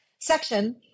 section